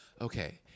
Okay